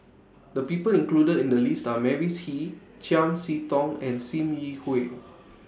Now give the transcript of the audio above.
The People included in The list Are Mavis Hee Chiam See Tong and SIM Yi Hui